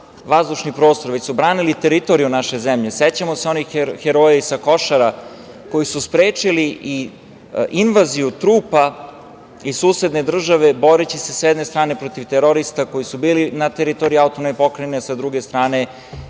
vazdušni prostor, već su branili teritoriju naše zemlje. Sećamo se i onih heroja sa Košara koji su sprečili invaziju trupa iz susedne države boreći se sa jedne strane protiv terorista koji su bili na teritoriji AP, a sa druge strane